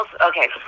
Okay